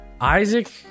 Isaac